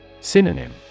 Synonym